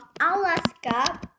Alaska